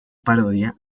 parodia